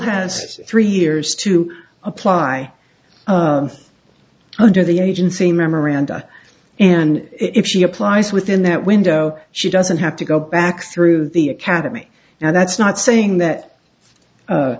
has three years to apply under the agency memoranda and if she applies within that window she doesn't have to go back through the academy now that's not saying that